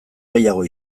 gehiago